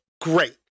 great